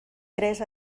tres